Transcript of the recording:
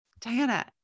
Diana